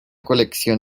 colección